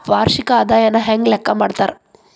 ವಾರ್ಷಿಕ ಆದಾಯನ ಹೆಂಗ ಲೆಕ್ಕಾ ಮಾಡ್ತಾರಾ?